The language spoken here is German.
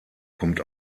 kommt